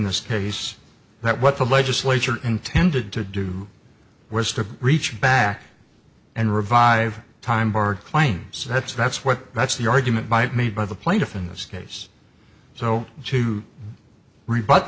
this case that what the legislature intended to do was to reach back and revive time barred claim so that's that's what that's the argument by it made by the plaintiff in this case so to re